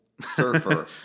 Surfer